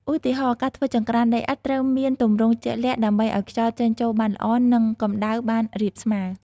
ឧទាហរណ៍ ការធ្វើចង្ក្រានដីឥដ្ឋ ត្រូវមានទម្រង់ជាក់លាក់ដើម្បីឲ្យខ្យល់ចេញចូលបានល្អ និងកម្ដៅបានរាបស្មើ។